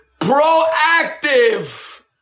proactive